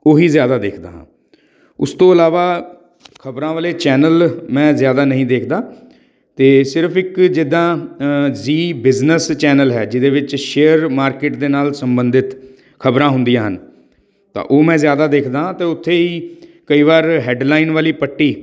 ਉਹ ਹੀ ਜ਼ਿਆਦਾ ਦੇਖਦਾ ਹਾਂ ਉਸ ਤੋਂ ਇਲਾਵਾ ਖ਼ਬਰਾਂ ਵਾਲੇ ਚੈਨਲ ਮੈਂ ਜ਼ਿਆਦਾ ਨਹੀਂ ਦੇਖਦਾ ਅਤੇ ਸਿਰਫ਼ ਇੱਕ ਜਿੱਦਾਂ ਜ਼ੀ ਬਿਜਨਸ ਚੈਨਲ ਹੈ ਜਿਹਦੇ ਵਿੱਚ ਸ਼ੇਅਰ ਮਾਰਕੀਟ ਦੇ ਨਾਲ ਸੰਬੰਧਿਤ ਖ਼ਬਰਾਂ ਹੁੰਦੀਆਂ ਹਨ ਤਾਂ ਉਹ ਮੈਂ ਜ਼ਿਆਦਾ ਦੇਖਦਾ ਅਤੇ ਉੱਥੇ ਹੀ ਕਈ ਵਾਰ ਹੈਡਲਾਈਨ ਵਾਲੀ ਪੱਟੀ